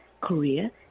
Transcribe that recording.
Korea